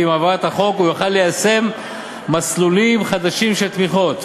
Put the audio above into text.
ועם העברת החוק הוא יוכל ליישם מסלולים חדשים של תמיכות.